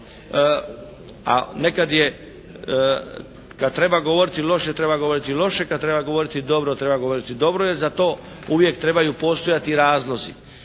a nekad je kad treba govoriti loše, treba govoriti loše. Kad treba govoriti dobro, treba govoriti dobro. Dobro je, za to uvijek trebaju postojati razlozi.